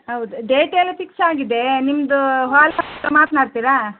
ಹೌದು ಡೇಟೆಲ್ಲ ಫಿಕ್ಸಾಗಿದೆ ನಿಮ್ಮದು ಹಾಲ್ ಹತ್ತಿರ ಮಾತನಾಡ್ತೀರಾ